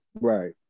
Right